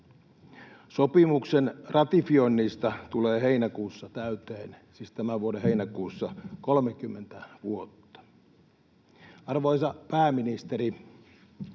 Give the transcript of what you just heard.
Sopimuksen ratifioinnista tulee heinäkuussa täyteen, siis tämän vuoden heinäkuussa, 30 vuotta. Arvoisa pääministeri,